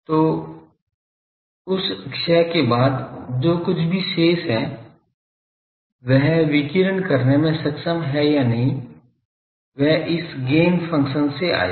तो उस क्षय के बाद जो कुछ भी शेष है वह विकिरण करने में सक्षम है या नहीं वह इस गैन फंक्शन से आएगा